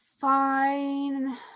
fine